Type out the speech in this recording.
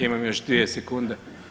Imam još 2 sekunde.